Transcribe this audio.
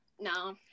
no